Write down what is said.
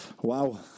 Wow